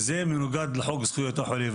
זה מנוגד לחוק זכויות החולה,